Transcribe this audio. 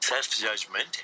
Self-judgment